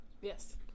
Yes